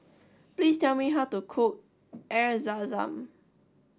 please tell me how to cook Air Zam Zam